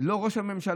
לא ראש הממשלה,